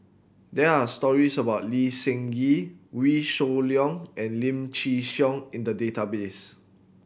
there are stories about Lee Seng Gee Wee Shoo Leong and Lim Chin Siong in the database